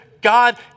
God